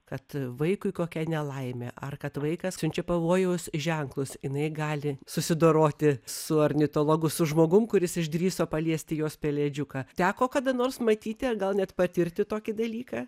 kad vaikui kokia nelaimė ar kad vaikas siunčia pavojaus ženklus jinai gali susidoroti su ornitologu su žmogum kuris išdrįso paliesti jos pelėdžiuką teko kada nors matyti ar gal net patirti tokį dalyką